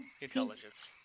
intelligence